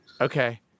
Okay